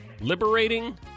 liberating